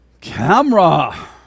camera